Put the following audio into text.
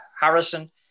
Harrison